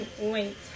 Wait